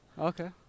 Okay